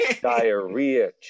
Diarrhea